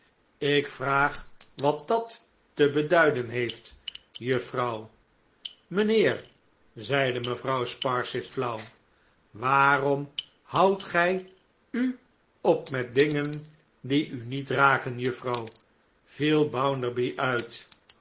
ik vraag wat dat te beduiden heeft juffrouw mijnheer zeide mevrouw sparsit flauw waarom houdt gij u op met dingen die u niet raken juffrouw viel bounderby uit